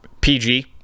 PG